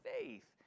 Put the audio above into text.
faith